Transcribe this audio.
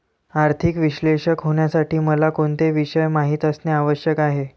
आर्थिक विश्लेषक होण्यासाठी मला कोणते विषय माहित असणे आवश्यक आहे?